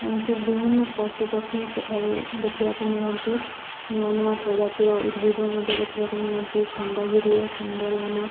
ଏମିତି ବିଭିନ୍ନ ପଶୁପକ୍ଷୀ ସେଠାରେ ଦେଖିବାକୁ ମିଳନ୍ତି ନୂଆ ନୂଆ ପ୍ରଜାତିର ଉଦ୍ଭିଦ ମଧ୍ୟ ଦେଖିବାକୁ ମିଳନ୍ତି ଖଣ୍ଡଗିରି ଓ ସୁନ୍ଦରବନ